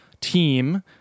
team